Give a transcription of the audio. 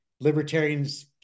libertarians